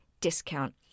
discount